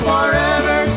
Forever